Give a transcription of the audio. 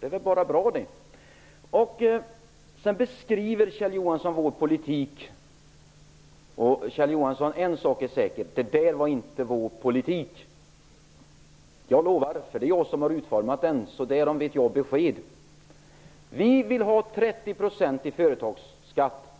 Det är väl bara bra det? Kjell Johansson försökte beskriva vår politik. En sak är säker, Kjell Johansson: Det där var inte vår politik! Jag lovar -- det är jag som har utformat den, så därom vet jag besked! Vi vill ha 30 % i företagsskatt.